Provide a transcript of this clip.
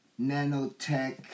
nanotech